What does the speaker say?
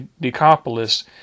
Decapolis